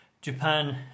Japan